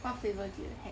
what flavour did you have